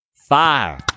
Fire